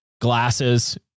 glasses